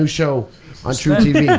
um show on trutv, like